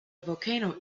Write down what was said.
volcano